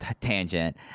tangent